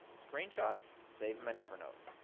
screenshots? save em in evernote.